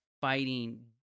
Fighting